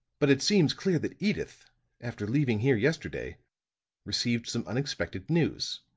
but it seems clear that edyth after leaving here yesterday received some unexpected news.